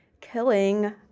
killing